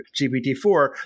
GPT-4